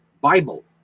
Bible